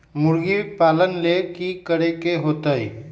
मुर्गी पालन ले कि करे के होतै?